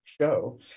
show